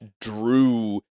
drew